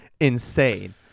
insane